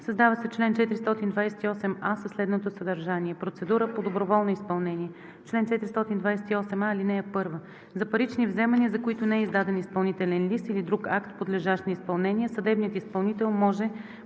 Създава се чл. 428а със следното съдържание: „Процедура по доброволно изпълнение Чл. 428а. (1) За парични вземания, за които не е издаден изпълнителен лист или друг акт, подлежащ на изпълнение, съдебният изпълнител може